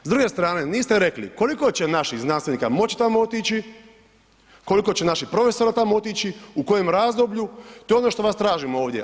S druge strane niste rekli koliko će naših znanstvenika moći tamo otići, koliko će naših profesora tamo otići, u kojem razdoblju to je ono što vas tražimo ovdje.